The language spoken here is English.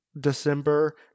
December